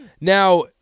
Now